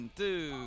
two